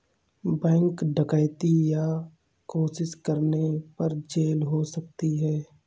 bank डकैती करने या कोशिश करने पर जेल हो सकती है